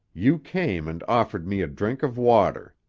you came and offered me a drink of water.